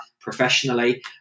professionally